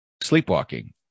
sleepwalking